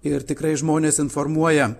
ir tikrai žmonės informuoja